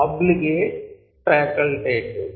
obligate ఫ్యాకల్టె టివ్